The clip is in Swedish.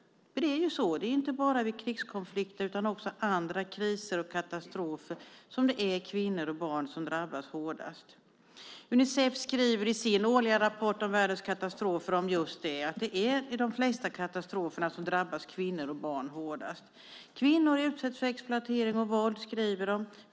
För det är inte bara vid krigskonflikter utan också vid andra kriser och katastrofer som det är kvinnor och barn som drabbas hårdast. Unicef skriver i sin årliga rapport om världens kriser och katastrofer att i de flesta katastrofer drabbas kvinnor och barn hårdast. Kvinnor utsätts för exploatering och våld, skriver de.